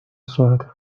سرعت